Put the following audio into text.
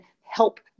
help